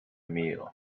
meal